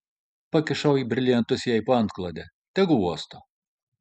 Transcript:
pakišau briliantus jai po antklode tegu uosto